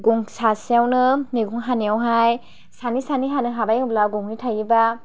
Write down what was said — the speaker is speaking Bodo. सासेयावनो मैगं हानायावहाय सानै सानै हानो हाबाय होनब्ला गंनै थायोबा